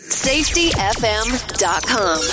SafetyFM.com